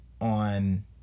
on